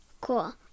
Cool